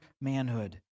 manhood